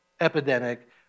epidemic